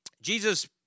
Jesus